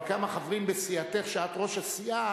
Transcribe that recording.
אבל כמה חברים בסיעתך, ואת ראש הסיעה,